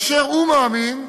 אשר הוא מאמין,